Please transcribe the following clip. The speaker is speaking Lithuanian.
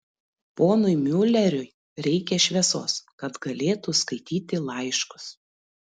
ponui miuleriui reikia šviesos kad galėtų skaityti laiškus